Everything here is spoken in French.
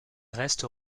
restes